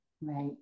right